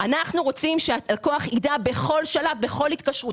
אנחנו רוצים שהלקוח יידע בכל שלב ובכל התקשרות.